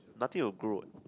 nothing will grow what